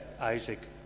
Isaac